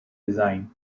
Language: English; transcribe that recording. design